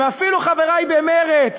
ואפילו חברי במרצ.